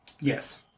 Yes